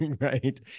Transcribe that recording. Right